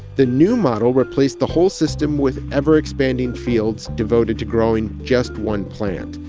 the new model replaced the whole system with ever-expanding fields devoted to growing just one plant.